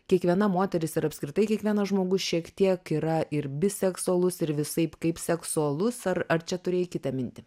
kiekviena moteris ir apskritai kiekvienas žmogus šiek tiek yra ir biseksualus ir visaip kaip seksualus ar ar čia turėjai kitą mintį